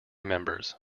members